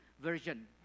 version